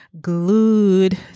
glued